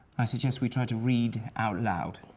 i suggest we try to read out loud.